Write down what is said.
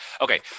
okay